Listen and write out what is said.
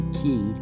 key